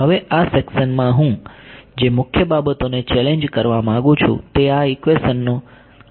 હવે આ સેકસનમાં હું જે મુખ્ય બાબતોને ચેલેન્જ કરવા માંગુ છું તે આ ઈક્વેશન નો આપણો ઉપયોગ છે